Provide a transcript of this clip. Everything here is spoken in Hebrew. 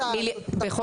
הצינון